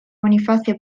bonifacio